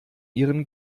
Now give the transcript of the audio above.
ihren